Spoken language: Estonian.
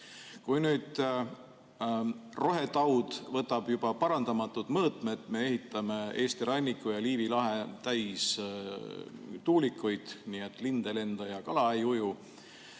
Kui nüüd rohetaud võtab juba parandamatud mõõtmed, me ehitame Eesti ranniku ja Liivi lahe täis tuulikuid, nii et lind ei lenda ja kala ei uju,